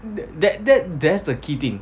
that that that that's the key thing